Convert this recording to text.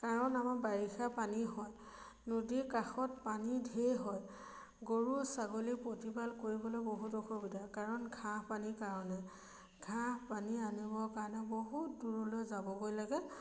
কাৰণ আমাৰ বাৰিষা পানী হয় নদীৰ কাষত পানী ঢেৰ হয় গৰু ছাগলী প্ৰতিপাল কৰিবলৈ বহুত অসুবিধা কাৰণ ঘাঁহ পানীৰ কাৰণে ঘাঁহ পানী আনিবৰ কাৰণে বহুত দূৰলৈ যাবগৈ লাগে